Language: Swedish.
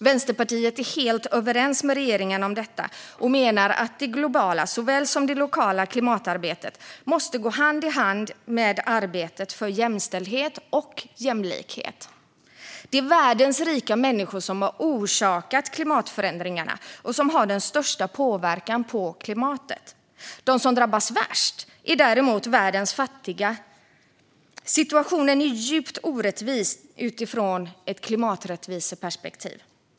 Vänsterpartiet är helt överens med regeringen om detta och menar att det globala såväl som det lokala klimatarbetet måste gå hand i hand med arbetet för jämställdhet och jämlikhet. Det är världens rika människor som orsakar klimatförändringarna och har den största påverkan på klimatet medan de som drabbas värst är världens fattiga. Situationen är djupt orättvis utifrån ett klimaträttviseperspektiv.